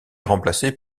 remplacé